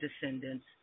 descendants